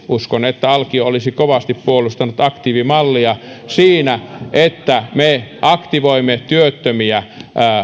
uskon että alkio olisi kovasti puolustanut aktiivimallia siinä että me aktivoimme työttömiä